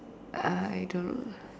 I don't know